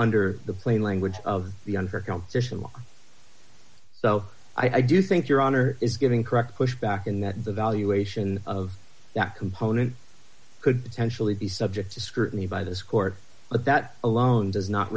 nder the plain language of the unfair competition law so i do think your honor is giving correct pushback in that the valuation of that component could potentially be subject to scrutiny by this court but that alone does not